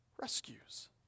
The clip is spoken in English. rescues